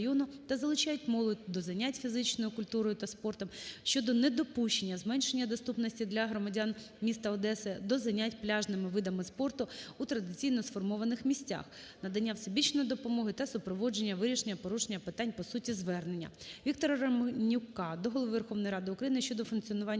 Віктора Романюка до Голови Верховної Ради України щодо функціонування